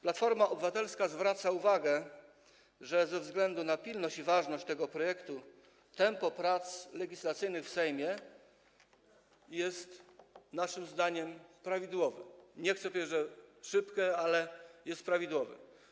Platforma Obywatelska zwraca uwagę, że ze względu na pilność i ważność tego projektu tempo prac legislacyjnych w Sejmie jest naszym zdaniem prawidłowe, nie chcę powiedzieć, że szybkie, ale jest prawidłowe.